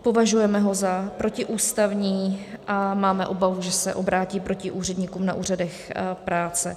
Považujeme ho za protiústavní a máme obavu, že se obrátí proti úředníkům na úřadech práce.